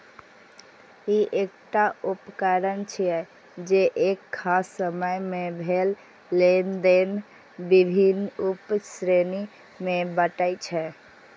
ई एकटा उकरण छियै, जे एक खास समय मे भेल लेनेदेन विभिन्न उप श्रेणी मे बांटै छै